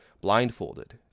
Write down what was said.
blindfolded